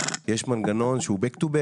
יש מנגנון שהוא גב אל גב.